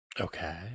okay